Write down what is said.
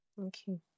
Okay